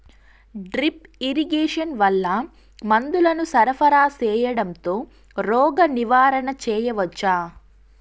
Drip irrigation వల్ల మందులను సరఫరా సేయడం తో రోగ నివారణ చేయవచ్చా?